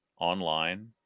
online